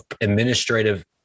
administrative